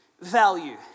value